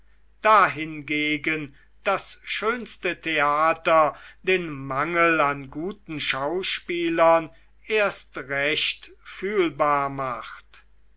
dahingegen das schönste theater den mangel an guten schauspielern erst recht fühlbar macht